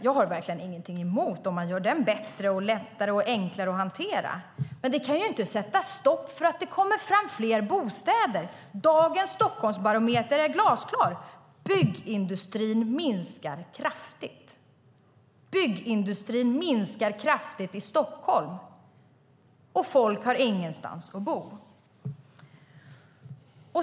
Jag har verkligen ingenting emot om man gör den bättre och lättare att hantera. Men det kan ju inte sätta stopp för att det kommer fram fler bostäder. Dagens Stockholmsbarometer är glasklar - byggindustrin minskar kraftigt. Byggindustrin minskar kraftigt i Stockholm, och folk har ingenstans att bo.